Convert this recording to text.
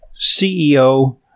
CEO